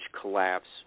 collapse